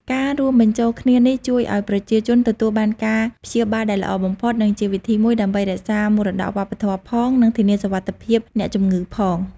ការរួមបញ្ចូលគ្នានេះជួយឱ្យប្រជាជនទទួលបានការព្យាបាលដែលល្អបំផុត និងជាវិធីមួយដើម្បីរក្សាមរតកវប្បធម៌ផង និងធានាសុវត្ថិភាពអ្នកជំងឺផង។